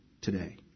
today